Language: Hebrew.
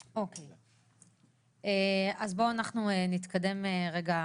אוקיי, אז בואו נתקדם הלאה.